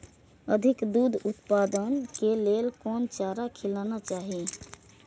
अधिक दूध उत्पादन के लेल कोन चारा खिलाना चाही?